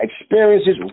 experiences